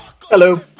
Hello